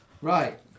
Right